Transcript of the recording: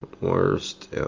Worst